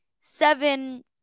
seven